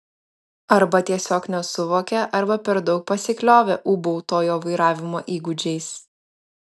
arba tiesiog nesuvokė arba per daug pasikliovė ūbautojo vairavimo įgūdžiais